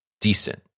decent